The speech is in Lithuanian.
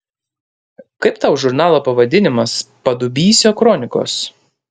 kaip tau žurnalo pavadinimas padubysio kronikos